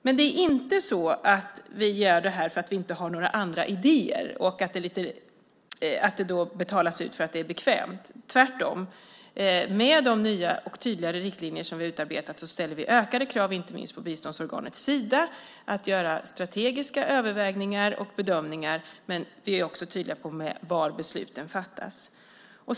Vi gör inte detta därför att vi inte har några andra idéer eller att vi betalar ut det för att det är bekvämt, tvärtom. Med de nya och tydligare riktlinjer som vi har utarbetat ställer vi ökade krav på inte minst biståndsorganet Sida att göra strategiska övervägningar och bedömningar. Vi är också tydliga om var besluten fattas.